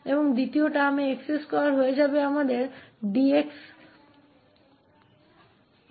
और दूसरा पद x2 हो जाएगा और हमारे पास 𝑑𝑥 होगा